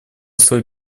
свой